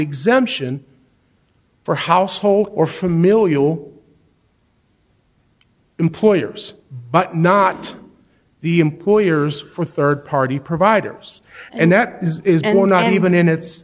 exemption for household or familial employers but not the employers or third party providers and that is not even in its